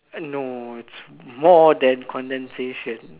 no it's more than condensation